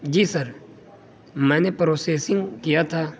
جی sir میں نے processing کیا تھا